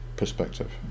perspective